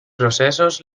processos